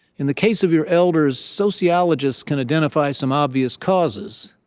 in the case of your elders, sociologists can identify some obvious causes.